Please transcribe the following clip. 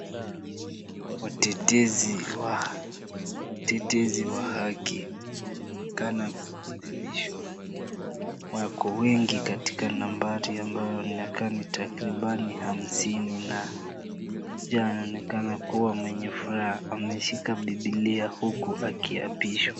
Watetezi wa haki wanaonekana kuidhinishwa. Wako wengi katika nambari ambayo inakaa ni takribani hamsini na mmoja anaonekana kuwa mwenye furaha. Ameshika Biblia huku akiapishwa.